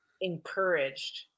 encouraged